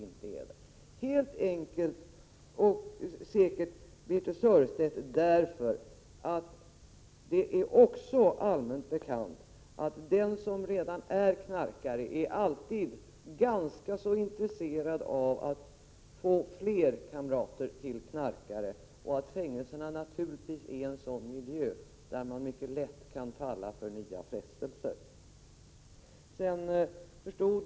Och det vet vi, Birthe Sörestedt, helt enkelt därför att det också är allmänt bekant att den som redan är knarkare alltid är ganska intresserad av att få fler kamrater till knarkare och att fängelserna naturligtvis är en sådan miljö där man mycket lätt kan falla för nya frestelser.